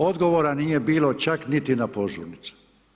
Odgovor nije bilo čak niti na požurnici.